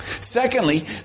Secondly